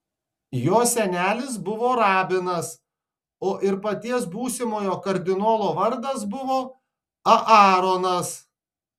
jo senelis buvo rabinas o ir paties būsimojo kardinolo vardas buvo aaronas